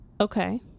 okay